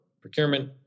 procurement